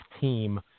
team